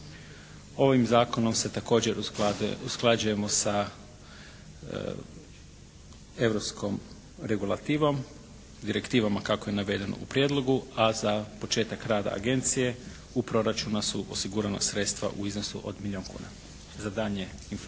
Ovim zakonom se također usklađujemo sa europskom regulativom, direktivama kako je navedeno u prijedlogu a za početak rada agencije u proračunu su osigurana sredstva u iznosu od milijun kuna. Za daljnja